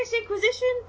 Inquisition